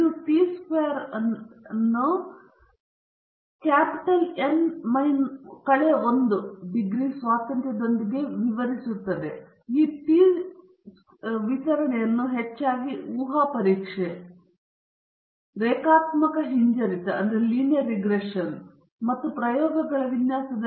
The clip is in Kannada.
ಇದು ಟಿ ವಿತರಣೆಯನ್ನು ಎನ್ ಮೈನಸ್ 1 ಡಿಗ್ರಿ ಸ್ವಾತಂತ್ರ್ಯದೊಂದಿಗೆ ವಿವರಿಸುತ್ತದೆ ಮತ್ತು ಈ ಟಿ ವಿತರಣೆಯನ್ನು ಹೆಚ್ಚಾಗಿ ಊಹಾ ಪರೀಕ್ಷೆ ರೇಖಾತ್ಮಕ ಹಿಂಜರಿತ ಮತ್ತು ಪ್ರಯೋಗಗಳ ವಿನ್ಯಾಸ